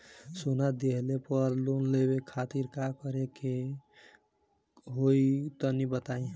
सोना दिहले पर लोन लेवे खातिर का करे क होई तनि बताई?